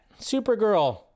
Supergirl